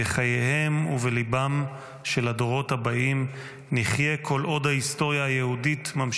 בחייהם ובליבם של הדורות הבאים ובדפי ההיסטוריה שלהם.